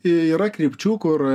yra krypčių kur